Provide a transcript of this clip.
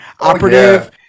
operative